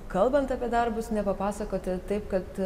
kalbant apie darbus nepapasakoti taip kad